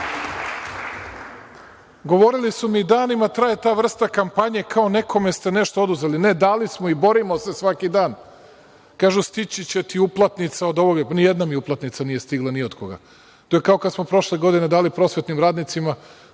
istina. Govorili su mi, danima traje ta vrsta kampanje, kao nekome ste nešto oduzeli. Ne, dali smo im i borimo se svaki dan. Kažu, stići će ti uplatnica od ovoga. Nijedna mi uplatnica nije stigla ni od koga. To je kao kad smo prošle godine dali prosvetnih radnicima,